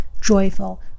joyful